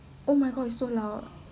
oh my god it's so loud